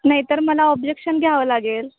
नाहीतर मला ऑब्जेक्शन घ्यावं लागेल